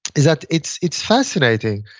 is that it's it's fascinating.